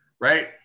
Right